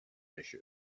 issues